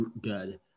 good